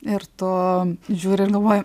ir tu žiūri ir galvoji